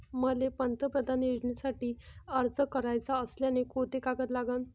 मले पंतप्रधान योजनेसाठी अर्ज कराचा असल्याने कोंते कागद लागन?